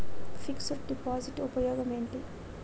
Fix డ్ deposit ఉపయోగం ఏంటి?